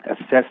assess